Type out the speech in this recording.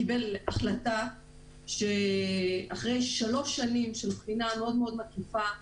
החלטה אחרי שלוש שנים של בחינה מאוד מאוד מקיפה,